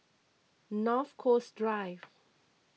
North Coast Drive